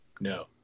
no